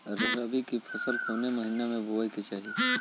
रबी की फसल कौने महिना में बोवे के चाही?